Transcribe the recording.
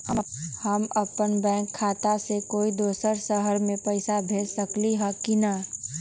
हम अपन बैंक खाता से कोई दोसर शहर में पैसा भेज सकली ह की न?